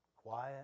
Quiet